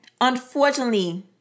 unfortunately